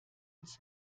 uns